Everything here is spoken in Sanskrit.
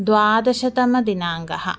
द्वादशतमदिनाङ्कः